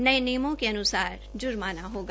नये नियमों के अनुसार जुर्माना होगा